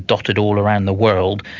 dotted all around the world.